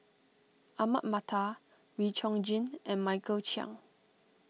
Ahmad Mattar Wee Chong Jin and Michael Chiang